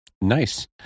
Nice